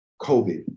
COVID